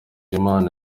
imana